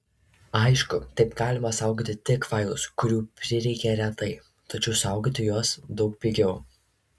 aišku taip galima saugoti tik failus kurių prireikia retai tačiau saugoti juos daug pigiau